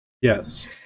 Yes